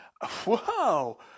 whoa